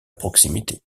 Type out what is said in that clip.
proximité